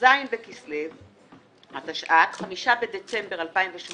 כ״ז בכסלו התשע׳׳ט, 5 בדצמבר 2018